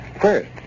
First